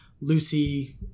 Lucy